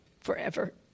forever